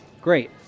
Great